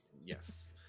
yes